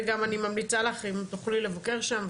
וגם אני ממליצה לכם אם תוכלו לבקר שם,